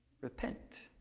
repent